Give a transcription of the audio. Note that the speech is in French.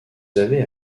avez